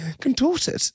contorted